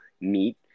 meet